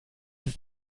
ist